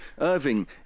Irving